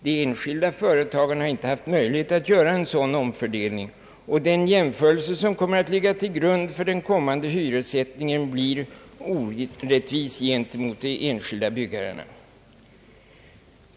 De enskilda företagen har inte haft möjlighet att göra en sådan omfördelning, och den jämförelse som kommer att ligga till grund för den kommande hyressättningen blir orättvis gentemot de enskilda byggherrarna.